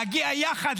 להגיע יחד,